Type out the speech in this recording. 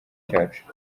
cyacu